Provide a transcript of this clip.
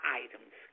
items